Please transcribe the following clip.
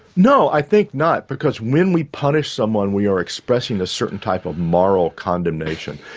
no, i think not, because when we punish someone we are expressing a certain type of moral condemnation.